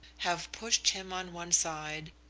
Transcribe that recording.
have pushed him on one side,